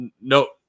no